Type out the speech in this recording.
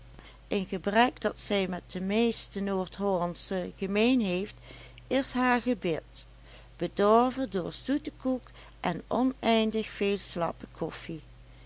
een gebrek dat zij met de meeste noordhollandschen gemeen heeft is haar gebit bedorven door zoetekoek en oneindig veel slappe koffie